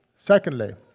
Secondly